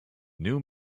new